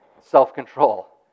Self-control